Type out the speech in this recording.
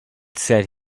said